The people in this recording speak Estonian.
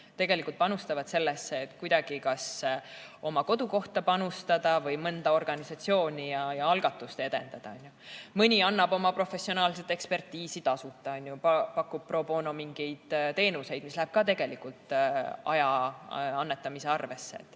arvel. Panustatakse sellesse, et kuidagi oma kodukohta aidata või mõnda organisatsiooni ja algatust edendada. Mõni annab oma professionaalset ekspertiisi tasuta, pakubpro bonomingeid teenuseid, mis läheb ka tegelikult aja annetamise arvesse.